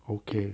okay